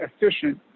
efficient